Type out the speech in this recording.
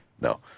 No